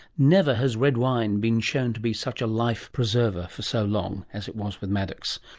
never has red wine been shown to be such a life preserver for so long as it was with maddox.